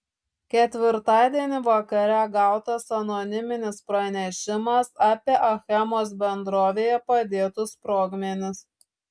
ketvirtadienį vakare gautas anoniminis pranešimas apie achemos bendrovėje padėtus sprogmenis